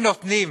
אם נותנים